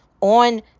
on